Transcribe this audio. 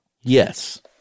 Yes